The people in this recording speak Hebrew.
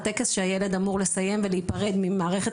הטקס שהילד אמור לסיים ולהיפרד ממערכת